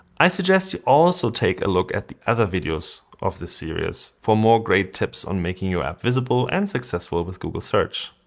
i suggest you also take a look at the other videos of the series for more great tips on making your app visible and successful with google search.